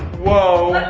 whoa.